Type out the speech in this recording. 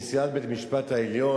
נשיאת בית-המשפט העליון,